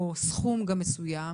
וגם סכום מסוים,